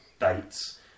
dates